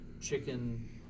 Chicken